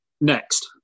next